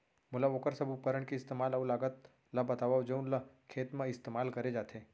मोला वोकर सब उपकरण के इस्तेमाल अऊ लागत ल बतावव जउन ल खेत म इस्तेमाल करे जाथे?